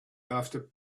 after